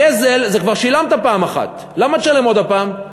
הגזל, כבר שילמת פעם אחת, למה תשלם עוד הפעם?